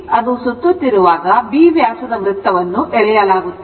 ಅದು ಸುತ್ತುತ್ತಿರುವಾಗ B ವ್ಯಾಸದ ವೃತ್ತವನ್ನು ಎಳೆಯಲಾಗುತ್ತದೆ